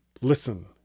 Listen